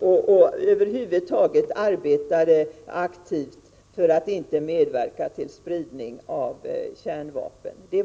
och över huvud taget arbetade aktivt för att inte medverka till spridning av kärnvapen pågick projektering och planering för svenska kärnvapen och atomubåtar, och man köpte mark för en upparbetningsanläggning på västkusten.